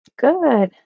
Good